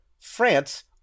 France